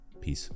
peace